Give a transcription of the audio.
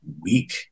week